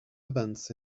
events